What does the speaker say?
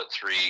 three